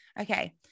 Okay